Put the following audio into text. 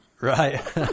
right